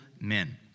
men